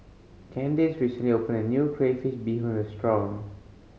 Candice recently opened a new crayfish beehoon restaurant